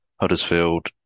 Huddersfield